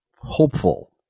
hopeful